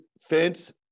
fence